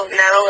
no